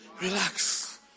relax